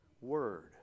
word